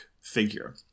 figure